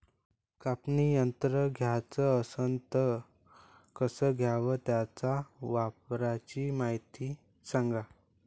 कापनी यंत्र घ्याचं असन त कस घ्याव? त्याच्या वापराची मायती सांगा